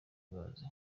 bazi